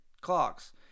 clocks